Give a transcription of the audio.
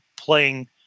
playing